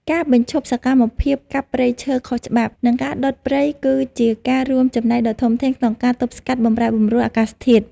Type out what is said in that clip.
ការបញ្ឈប់សកម្មភាពកាប់ព្រៃឈើខុសច្បាប់ និងការដុតព្រៃគឺជាការរួមចំណែកដ៏ធំធេងក្នុងការទប់ស្កាត់បម្រែបម្រួលអាកាសធាតុ។